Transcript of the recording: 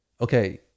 okay